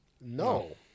No